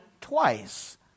twice